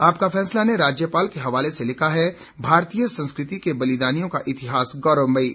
आपका फैसला ने राज्यपाल के हवाले से लिखा है भारतीय संस्कृति के बलिदानियों का इतिहास गौरवमयी